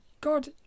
God